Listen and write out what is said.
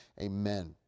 amen